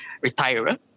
retire